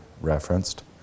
referenced